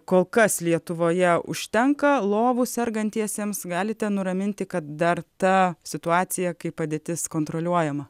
kol kas lietuvoje užtenka lovų sergantiesiems galite nuraminti kad dar ta situacija kai padėtis kontroliuojama